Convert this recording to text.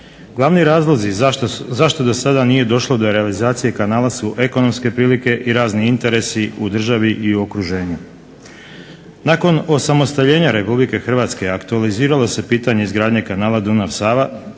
Glavni razlozi zašto do sada nije došlo do realizacije kanala su ekonomske prilike i razni interesi u državi i okruženju. Nakon osamostaljenja Republike Hrvatske aktualiziralo se pitanje izgradnje kanala Dunav-Sava,